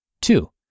Two